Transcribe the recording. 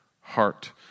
heart